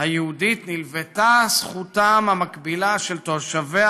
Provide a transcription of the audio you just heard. היהודית נלוותה זכותם המקבילה של תושביה